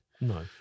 No